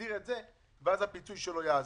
ותגדיר את זה ואז הפיצוי שלו יעזור.